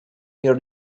your